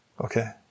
Okay